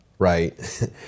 Right